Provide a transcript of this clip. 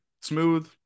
smooth